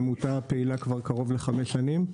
העמותה פעילה כבר קרוב לחמש שנים.